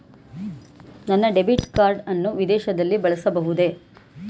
ನನ್ನ debit card ಅನ್ನು ವಿದೇಶದಲ್ಲಿ ಬಳಸಬಹುದೇ?